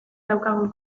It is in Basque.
daukagun